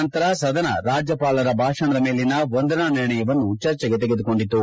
ನಂತರ ಸದನ ರಾಜ್ಯಪಾಲರ ಭಾಷಣದ ಮೇಲಿನ ವಂದನಾ ನಿರ್ಣಯವನ್ನು ಚರ್ಚೆಗೆ ತೆಗೆದುಕೊಂಡಿತು